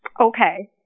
Okay